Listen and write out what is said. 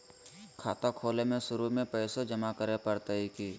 खाता खोले में शुरू में पैसो जमा करे पड़तई की?